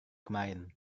kemarin